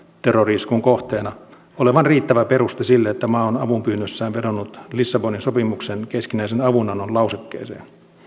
terrori iskun kohteena olevan riittävä peruste sille että maa on avunpyynnössään vedonnut lissabonin sopimuksen keskinäisen avunannon lausekkeeseen